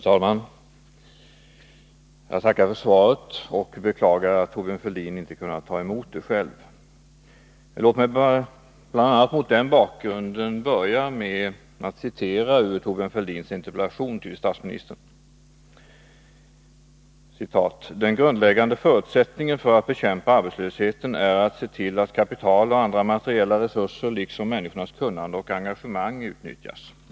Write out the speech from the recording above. Herr talman! Jag tackar för svaret och beklagar att Thorbjörn Fälldin inte kunnat ta emot det själv. Låt mig bl.a. mot denna bakgrund börja med att citera ur Thorbjörn Fälldins interpellation till statsministern. ”Den grundläggande förutsättningen för att bekämpa arbetslösheten är att se till att kapital och andra materiella resurser liksom människornas kunnande och engagemang utnyttjas.